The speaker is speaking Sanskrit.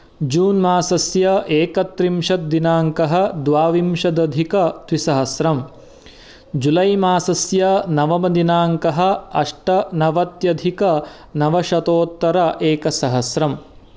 जून् मासस्य एकत्रिंशत् दिनांकः द्वाविंशदधिकद्विसहस्रम् जूलै मासस्य नवमदिनांकः अष्टवनत्यधिकनवशतोत्तर एकसहस्रम्